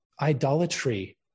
Idolatry